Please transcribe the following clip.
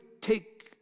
take